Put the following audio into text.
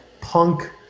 punk